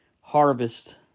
harvest